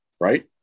right